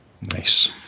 Nice